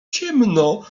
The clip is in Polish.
ciemno